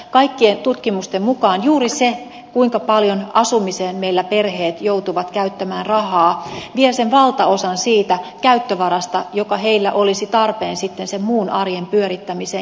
kaikkien tutkimusten mukaan juuri se kuinka paljon asumiseen meillä perheet joutuvat käyttämään rahaa vie sen valtaosan siitä käyttövarasta joka heillä olisi tarpeen sitten sen muun arjen pyörittämiseen